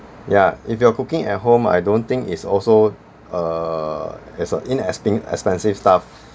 ya if you're cooking at home I don't think it's also err it's an inex~ inexpensive stuff